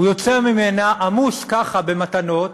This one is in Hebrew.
הוא יוצא ממנה עמוס ככה במתנות: